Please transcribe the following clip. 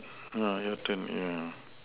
mm your turn yeah